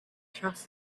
trust